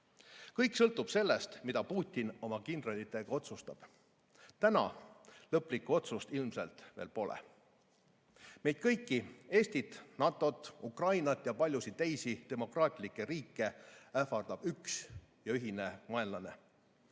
Kõik sõltub sellest, mida Putin oma kindralitega otsustab. Täna lõplikku otsust ilmselt veel pole. Meid kõiki – Eestit, NATO-t, Ukrainat ja paljusid teisi demokraatlikke riike – ähvardab üks ja ühine vaenlane.